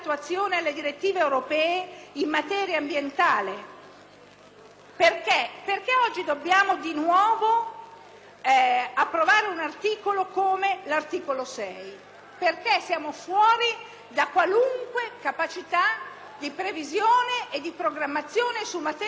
approvare un articolo come l'articolo 6? Perché siamo fuori da qualunque capacità di previsione e di programmazione su materie su cui l'Europa ha già dato precise indicazioni? E ancora, vorrei chiedere sempre al Ministro